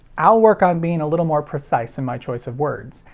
i'll work on being a little more precise in my choice of words.